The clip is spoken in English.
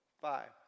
five